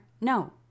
No